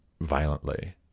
violently